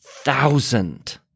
thousand